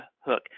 hook